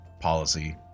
policy